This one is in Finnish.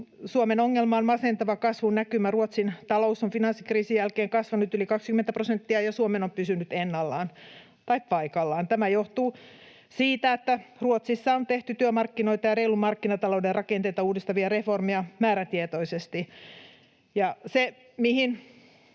Suomen ongelma on masentava kasvunäkymä. Ruotsin talous on finanssikriisin jälkeen kasvanut yli 20 prosenttia ja Suomen on pysynyt ennallaan tai paikallaan. Tämä johtuu siitä, että Ruotsissa on tehty työmarkkinoita ja reilun markkinatalouden rakenteita uudistavia reformeja määrätietoisesti. Se, mihin